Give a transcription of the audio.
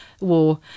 War